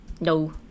No